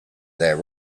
there